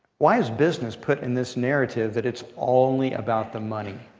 why is business put in this narrative that it's only about the money,